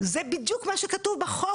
בדיוק מה שכתוב בחוק.